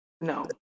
No